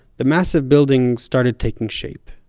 the massive building started taking shape.